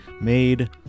made